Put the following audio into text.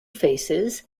faces